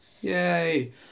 Yay